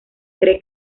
cree